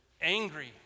angry